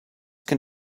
can